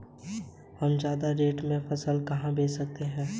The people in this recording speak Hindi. हम ज्यादा रेट में फसल कहाँ बेच सकते हैं?